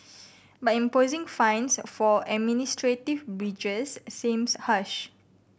but imposing fines for administrative breaches seems harsh